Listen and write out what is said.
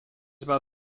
about